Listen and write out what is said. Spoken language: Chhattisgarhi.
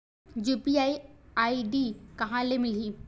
यू.पी.आई आई.डी कहां ले मिलही?